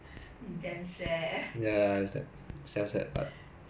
sorry we are kind of like running out of topics to drag on